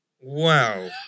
Wow